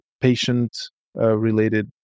patient-related